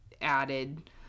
added